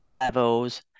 levels